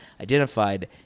identified